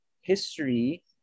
history